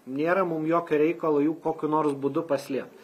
nėra mum jokio reikalo jų kokiu nors būdu paslėpt